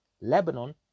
Lebanon